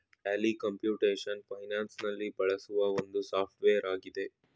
Tally computation finance ನಲ್ಲಿ ಬೆಳೆಸುವ ಒಂದು ಸಾಫ್ಟ್ವೇರ್ ಆಗಿದೆ